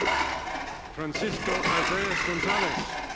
francisco azayas gonzalez.